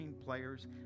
players